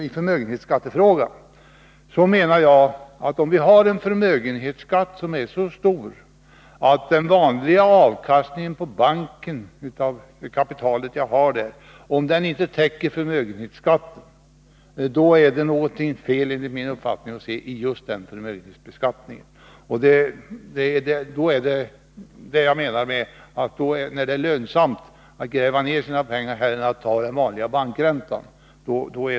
I förmögenhetsskattefrågan menar jag att om vi har en förmögenhetsskatt som är så stor att den vanliga avkastningen på det kapital man har på banken, inte täcker förmögenhetsskatten på det kapitalet, då är det något fel i just den förmögenhetsbeskattningen. Då är det ju mer lönsamt att gräva ner sina pengar än att ta den vanliga bankräntan.